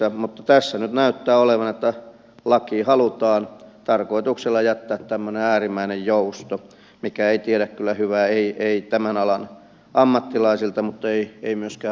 mutta tässä nyt näyttää olevan että lakiin halutaan tarkoituksella jättää tämmöinen äärimmäinen jousto mikä ei tiedä kyllä hyvää tämän alan ammattilaisille mutta ei myöskään asiakkaille